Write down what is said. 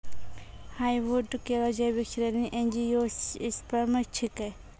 hardwood केरो जैविक श्रेणी एंजियोस्पर्म छिकै